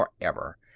forever